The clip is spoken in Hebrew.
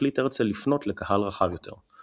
החליט הרצל לפנות לקהל רחב יותר.